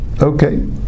okay